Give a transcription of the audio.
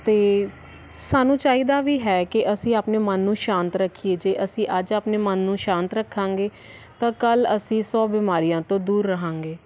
ਅਤੇ ਸਾਨੂੰ ਚਾਹੀਦਾ ਵੀ ਹੈ ਕਿ ਅਸੀਂ ਆਪਣੇ ਮਨ ਨੂੰ ਸ਼ਾਂਤ ਰੱਖੀਏ ਜੇ ਅਸੀਂ ਅੱਜ ਆਪਣੇ ਮਨ ਨੂੰ ਸ਼ਾਂਤ ਰੱਖਾਂਗੇ ਤਾਂ ਕੱਲ ਅਸੀਂ ਸੌ ਬਿਮਾਰੀਆਂ ਤੋਂ ਦੂਰ ਰਹਾਂਗੇ